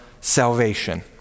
salvation